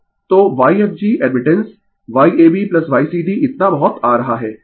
तो Yfg admittance YabYcd इतना बहुत आ रहा है